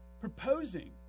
proposing